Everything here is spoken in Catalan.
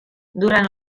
durant